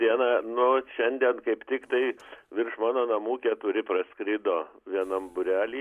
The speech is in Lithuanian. diena nu šiandien kaip tik tai virš mano namų keturi praskrido vienam būrely